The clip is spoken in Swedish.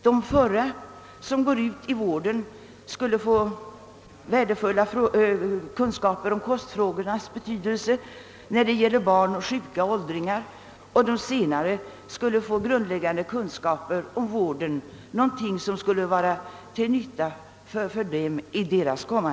De förra skulle erhålla värdefulla kunskaper om kostfrågornas betydelse för barn, sjuka och åldringar, och de senare skulle få grundläggande kunskaper om vårdarbetet, vilket skulle bli till nytta för dem i deras yrkesutövning.